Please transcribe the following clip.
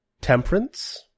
temperance